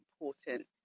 important